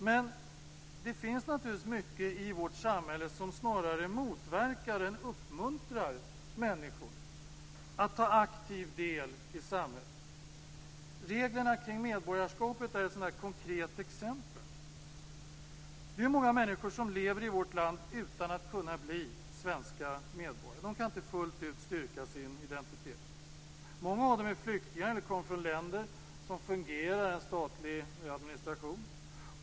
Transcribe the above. Men det finns mycket i vårt samhälle som snarare motverkar än uppmuntrar människor att ta aktiv del i samhället. Reglerna kring medborgarskapet är ett konkret exempel. Det är många människor som lever i vårt land utan att kunna bli svenska medborgare. De kan inte fullt ut styrka sin identitet. Många av dem är flyktingar som kommer från länder som inte har en fungerade statlig administration.